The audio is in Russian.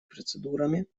процедурами